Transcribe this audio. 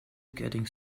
getting